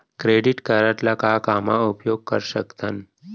Credit card ला का का मा उपयोग कर सकथन?